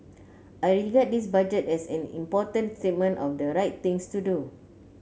I regard this Budget as an important statement of the right things to do